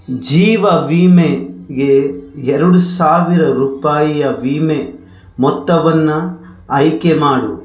ಜೀವ ವೀಮೆಗೆ ಎರಡು ಸಾವಿರ ರೂಪಾಯಿಯ ವಿಮೆ ಮೊತ್ತವನ್ನು ಆಯ್ಕೆ ಮಾಡು